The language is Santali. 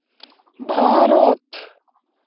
ᱵᱟᱨᱚᱛ